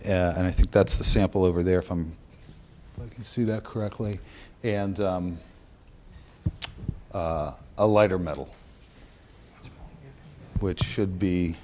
and i think that's the sample over there from you see that correctly and a lighter metal which should be